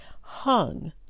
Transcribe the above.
hung